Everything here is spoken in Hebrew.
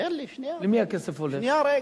למי הכסף הולך?